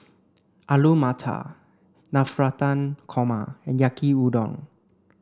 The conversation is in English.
Alu Matar Navratan Korma and Yaki udon